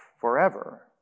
forever